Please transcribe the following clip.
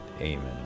Amen